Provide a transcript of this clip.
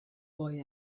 boy